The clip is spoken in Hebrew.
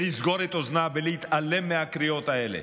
לסגור את אוזניו ולהתעלם מהקריאות האלה.